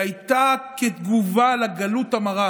שהייתה כתגובה לגלות המרה